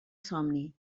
somni